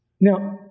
Now